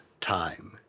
time